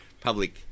public